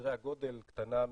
בסדרי הגודל קטנה משברון,